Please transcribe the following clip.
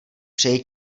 přeji